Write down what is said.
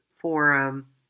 Forum